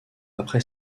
après